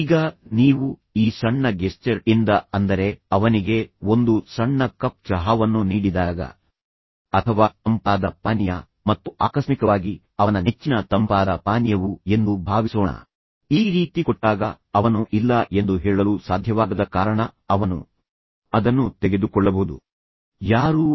ಈಗ ನೀವು ಈ ಸಣ್ಣ ಗೆಸ್ಚರ್ ಇಂದ ಅಂದರೆ ಅವನಿಗೆ ಒಂದು ಸಣ್ಣ ಕಪ್ ಚಹಾವನ್ನು ನೀಡಿದಾಗ ಅಥವಾ ತಂಪಾದ ಪಾನೀಯ ಮತ್ತು ಆಕಸ್ಮಿಕವಾಗಿ ಅವನ ನೆಚ್ಚಿನ ತಂಪಾದ ಪಾನೀಯವು ಎಂದು ಭಾವಿಸೋಣ ಈ ರೀತಿ ಕೊಟ್ಟಾಗ ಅವನು ಇಲ್ಲ ಎಂದು ಹೇಳಲು ಸಾಧ್ಯವಾಗದ ಕಾರಣ ಅವನು ಅದನ್ನು ತೆಗೆದುಕೊಳ್ಳಬಹುದು ಇದು ಒಂದು ಸಹ ಮೃದುವಾದ ಕೌಶಲ್ಯವಾಗಿದೆ